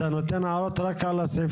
מעל פני